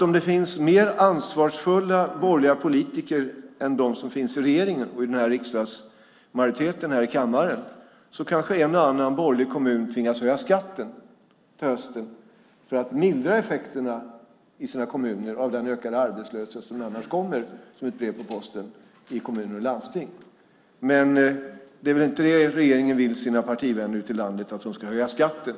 Om det finns mer ansvarsfulla borgerliga politiker än de som finns i regeringen och i riksdagsmajoriteten här i kammaren kanske en och annan borgerlig kommun tvingas höja skatten till hösten för att i sina kommuner mildra effekterna av den ökade arbetslöshet som annars kommer som ett brev på posten i kommuner och landsting. Men regeringen vill väl inte att deras partivänner ute i landet ska höja skatten.